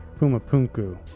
Pumapunku